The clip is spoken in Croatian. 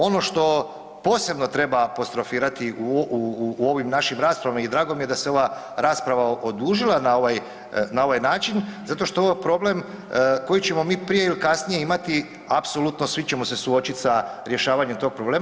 Ono što posebno treba apostrofirati u ovim našim raspravama i drago mi je da se ova rasprava odužila na ovaj način zato što je ovo problem koji ćemo mi prije ili kasnije imati, apsolutno svi ćemo se suočiti s rješavanjem tog problema.